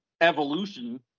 evolution